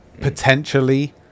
potentially